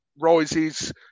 rises